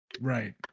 Right